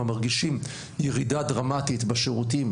המרגישים ירידה דרמטית בשירותים,